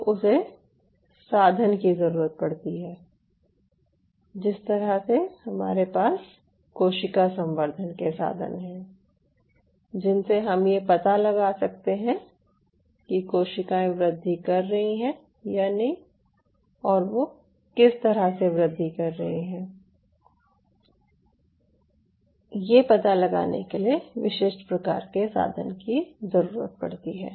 तो उसे साधन की ज़रूरत पड़ती है जिस तरह से हमारे पास कोशिका संवर्धन के साधन हैं जिनसे हम ये पता लगा सकते हैं कि कोशिकाएं वृद्धि कर रही हैं या नहीं और वो किस तरह से वृद्धि कर रही हैं ये पता लगाने के लिए विशिष्ट प्रकार के साधन की ज़रूरत पड़ती है